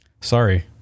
sorry